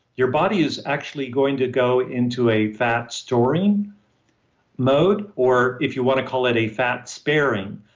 your body is actually going to go into a fat storing mode, or, if you want to call it a fat sparing,